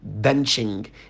benching